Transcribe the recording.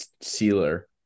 Sealer